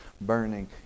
burning